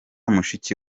mushiki